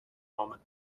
moment